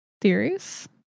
theories